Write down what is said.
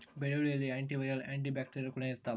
ಬೆಳ್ಳುಳ್ಳಿಯಲ್ಲಿ anti viral anti bacterial ಗುಣ ಇರ್ತಾವ